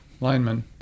lineman